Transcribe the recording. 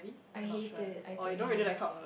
I hate it I think